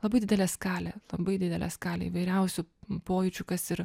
labai didelė skalė labai didelė skalė įvairiausių pojūčių kas ir